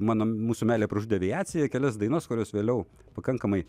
mano mūsų meilę pražudė aviacija kelias dainas kurios vėliau pakankamai